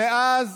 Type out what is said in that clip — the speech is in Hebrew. מאז